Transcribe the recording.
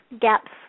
gaps